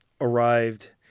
arrived